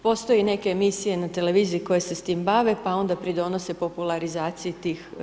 Postoje neke emisije na televiziji koje se s tim bave, pa onda pridonose popularizaciji tih